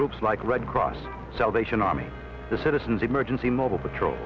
groups like red cross salvation army the citizens emergency mobile patrol